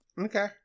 Okay